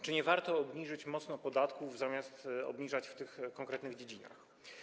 Czy nie warto obniżyć mocno podatków zamiast obniżać je w tych konkretnych dziedzinach?